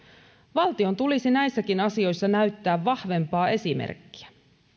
valtion tulisi näissäkin asioissa näyttää vahvempaa esimerkkiä